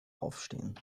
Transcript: aufstehen